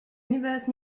universe